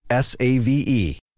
SAVE